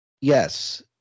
Yes